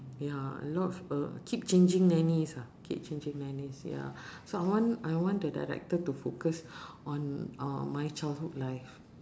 ya a lot of uh keep changing nannies ah keep changing nannies ya so I want I want the director to focus on uh my childhood life